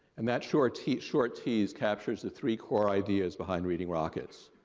and that short his short his captures the three-core ideas behind reading rockets.